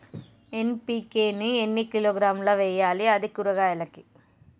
NPK ని ఎన్ని కిలోగ్రాములు వెయ్యాలి? అది కూరగాయలకు?